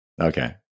Okay